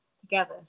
together